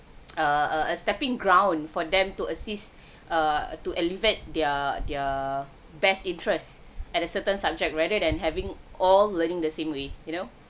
err err a stepping ground for them to assist err to elevate their their best interest at a certain subject rather than having all learning the same way you know